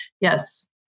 yes